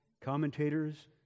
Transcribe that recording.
commentators